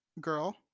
girl